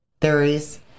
Theories